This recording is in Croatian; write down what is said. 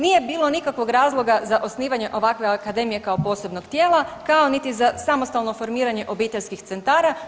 Nije bilo nikakvog razloga za osnivanje ovakve akademije kao posebnog tijela kao niti za samostalno formiranje obiteljskih centara.